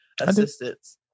assistance